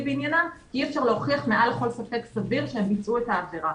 בענייהם ואי אפשר להוכיח מעל לכל ספק סביר שהם ביצעו את העבירה.